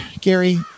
Gary